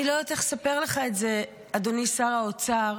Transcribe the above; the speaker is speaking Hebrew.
אני לא יודעת איך לספר לך את זה, אדוני שר האוצר,